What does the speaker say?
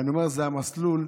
אני אומר: זה המסלול.